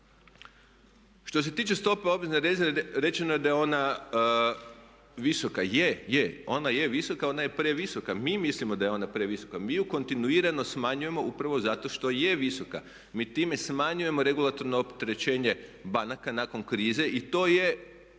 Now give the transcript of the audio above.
Što se tiče stope obvezne rezerve rečeno je da je ona visoka. Je, je. Ona je visoka, ona je previsoka. Mi mislimo da je ona previsoka. Mi je kontinuirano smanjujemo upravo zato što je visoka. Mi time smanjujemo regulatorno opterećenje banaka nakon krize i to je